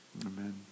Amen